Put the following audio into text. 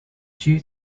due